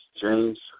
James